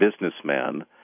businessman